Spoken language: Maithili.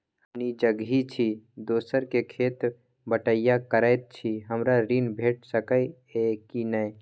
हम निजगही छी, दोसर के खेत बटईया करैत छी, हमरा ऋण भेट सकै ये कि नय?